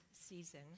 season